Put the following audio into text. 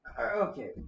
Okay